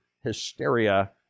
hysteria